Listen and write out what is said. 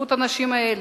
בזכות האנשים האלה,